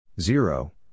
Zero